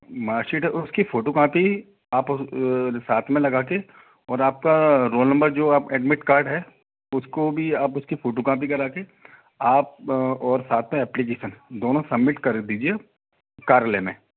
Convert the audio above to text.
marksheet उसकी photo copy आप साथ में लगा कर और आपका रोल नम्बर जो आप एडमिट कार्ड है उसको भी आप उसकी फ़ोटो कॉपी करा के आप और साथ में एप्लिकेसन दोनों सम्मिट कर दीजिए कार्यालय में